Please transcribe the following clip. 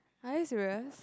are you serious